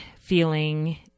feeling